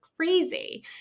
crazy